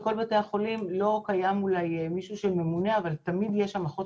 בכל בתי החולים לא קיים אולי מישהו שממונה אבל תמיד יש שם אחות